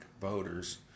voters